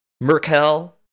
Merkel